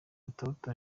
katauti